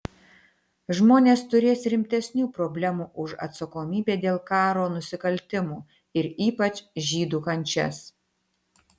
žmonės turės rimtesnių problemų už atsakomybę dėl karo nusikaltimų ir ypač žydų kančias